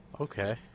Okay